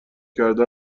کردن